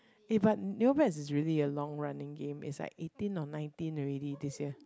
eh but Neopets is really a long running game it's like eighteen or nineteen already this year